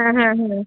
হ্যাঁ হ্যাঁ হ্যাঁ